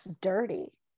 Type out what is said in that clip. dirty